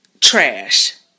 trash